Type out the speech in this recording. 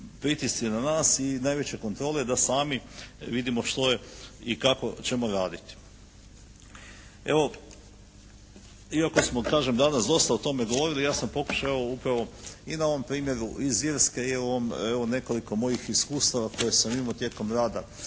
pritisci na nas i najveće kontrole da sami vidimo što je i kako ćemo raditi. Evo iako smo kažem danas dosta o tome govorili, ja sam pokušao upravo i na ovom primjeru iz Irske i evo nekoliko mojih iskustava koja sam imao tijekom rada